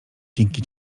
dzięki